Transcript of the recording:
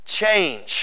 change